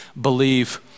believe